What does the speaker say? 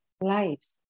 lives